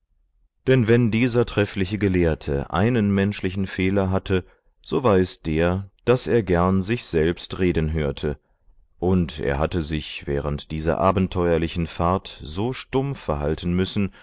denn wenn dieser treffliche gelehrte einen menschlichen fehler hatte so war es der daß er gern sich selbst reden hörte und er hatte sich während dieser abenteuerlichen fahrt so stumm verhalten müssen